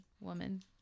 woman